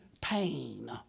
pain